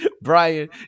brian